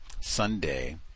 Sunday